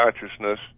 consciousness